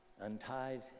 untied